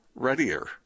Readier